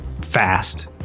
fast